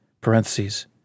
parentheses